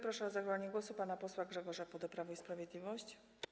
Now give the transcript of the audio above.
Proszę o zabranie głosu pana posła Grzegorza Pudę, Prawo i Sprawiedliwość.